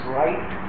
right